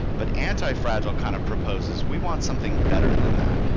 but anti-fragile kind of proposes, we want something better than that.